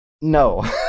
No